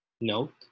Note